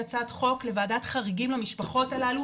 הצעת חוק לוועדת חריגים למשפחות הללו,